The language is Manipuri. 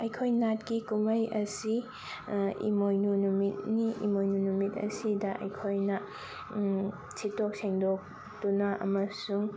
ꯑꯩꯈꯣꯏ ꯅꯥꯠꯀꯤ ꯀꯨꯝꯍꯩ ꯑꯁꯤ ꯏꯃꯣꯏꯅꯨ ꯅꯨꯃꯤꯠꯅꯤ ꯏꯃꯣꯏꯅꯨ ꯅꯨꯃꯤꯠ ꯑꯁꯤꯗ ꯑꯩꯈꯣꯏꯅ ꯁꯤꯠꯇꯣꯛ ꯁꯦꯡꯗꯣꯛꯇꯨꯅ ꯑꯃꯁꯨꯡ